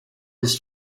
his